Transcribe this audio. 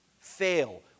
fail